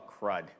crud